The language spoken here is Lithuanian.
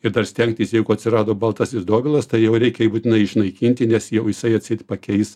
ir dar stengtis jeigu atsirado baltasis dobilas tai jau reikia būtina išnaikinti nes jau jisai atseit pakeis